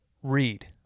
Read